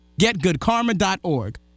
Getgoodkarma.org